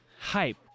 hype